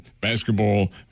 Basketball